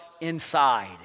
inside